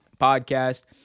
podcast